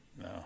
No